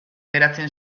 geratzen